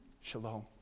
Shalom